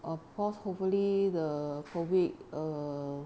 of course hopefully the COVID err